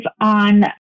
on